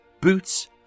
boots